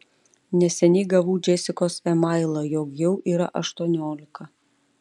neseniai gavau džesikos emailą jog jau yra aštuoniolika